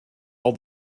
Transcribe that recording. all